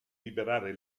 liberare